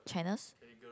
channels